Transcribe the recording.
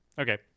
Okay